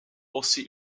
aussi